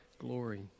glory